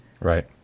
Right